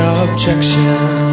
objection